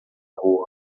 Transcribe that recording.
rua